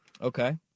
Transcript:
Okay